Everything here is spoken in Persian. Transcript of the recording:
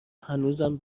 هنوزم